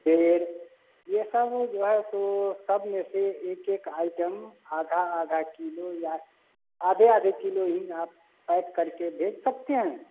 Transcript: सेब ये सब जो है तो सब में से एक एक आइटम आधा आधा किलो या आधे आधे किलो ही आप पैक कर के भेज सकते हैं